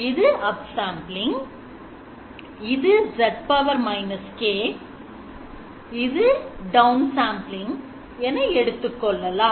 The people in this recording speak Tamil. இது Upsampling இது z −k இது downsampling என எடுத்துக்கொள்ளலாம்